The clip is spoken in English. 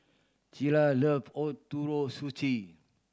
Cilla love Ootoro Sushi